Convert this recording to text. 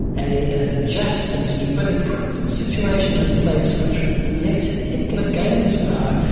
a just thing to do. but it puts situations in place which let hitler gain his power,